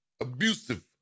abusive